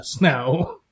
now